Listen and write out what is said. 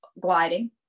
gliding